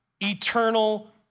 eternal